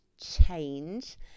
change